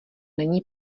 není